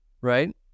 right